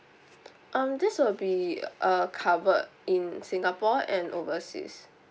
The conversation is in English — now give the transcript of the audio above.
um this will be uh covered in singapore and overseas